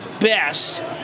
best